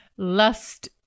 Lust